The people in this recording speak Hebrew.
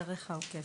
בדיון הוועדה הקודם.